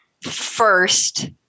first